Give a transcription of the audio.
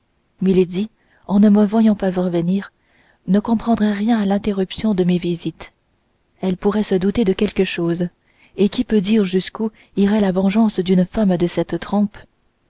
positive milady en ne me voyant pas revenir ne comprendrait rien à l'interruption de mes visites elle pourrait se douter de quelque chose et qui peut dire jusqu'où irait la vengeance d'une femme de cette trempe